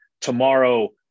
tomorrow